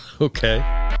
Okay